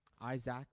Isaac